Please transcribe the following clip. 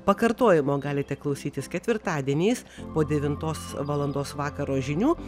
pakartojimo galite klausytis ketvirtadieniais po devintos valandos vakaro žinių